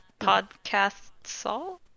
PodcastSalt